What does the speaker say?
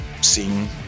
sing